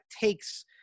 takes